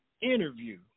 interview